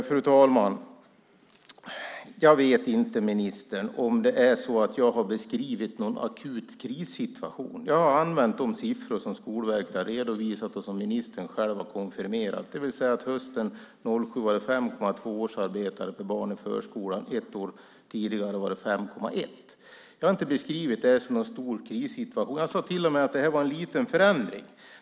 Fru talman! Jag vet inte, ministern, om jag har beskrivit någon akut krissituation. Jag har använt de siffror som Skolverket har redovisat och som ministern själv har konfirmerat, det vill säga att det hösten 2007 var 5,2 barn per årsarbetare i förskolan. Ett år tidigare var det 5,1. Jag har inte beskrivit det här som någon stor krissituation. Jag sade till och med att det var en liten förändring.